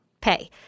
pay